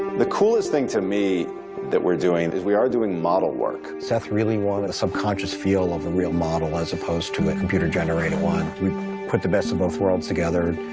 the coolest thing to me that we're doing is we are doing model work. seth really wanted a subconscious feel of a real model, as opposed to a computer generated one. we put the best of both worlds together,